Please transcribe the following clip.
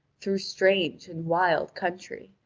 through strange and wild country,